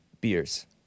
beers